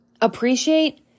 Appreciate